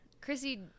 Chrissy